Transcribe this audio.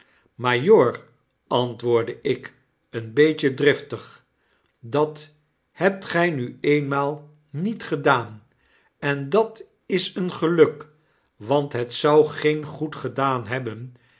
majoor antwoordde ik een beetje driftig dat hebt gij nu eenmaal niet gedaan en dat is een geluk want het zou geen goed gedaan hebben